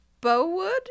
Bowood